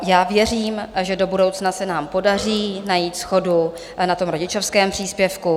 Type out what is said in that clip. Já věřím, že do budoucna se nám podaří najít shodu na tom rodičovském příspěvku.